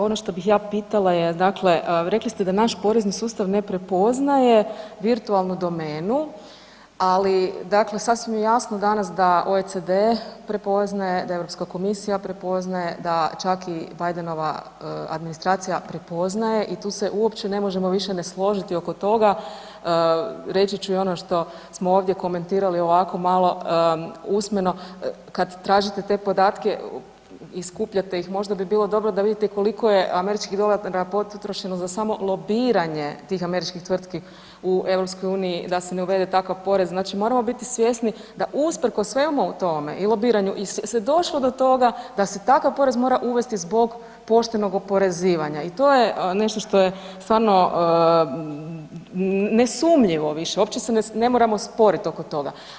Ono što bih ja pitala je, dakle rekli ste naš porezni sustav ne prepoznaje virtualnu domenu ali dakle sasvim je jasno danas da OECD prepoznaje odnosno Europska komisija da čak i Bidenova administracija prepoznaje i tu se uopće ne možemo više ne složiti oko toga, reći ću i ono što smo ovdje komentirali ovako malo usmeno, kad tražite te podatke i skupljate ih, možda bi bilo dobro da vidite i koliko je američkih dolara potrošeno za samo lobiranje tih američkih tvrtki u EU da se ne uvede takav porez, znači moramo biti svjesni da usprkos svemu tome, i lobiranju se došlo do toga da se takav porez mora uvesti zbog poštenog oporezivanja, i to je nešto što je stvarno nesumnjivo više, uopće se ne moramo sporit oko toga.